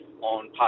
on